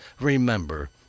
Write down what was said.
Remember